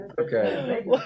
Okay